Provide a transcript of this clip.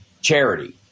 charity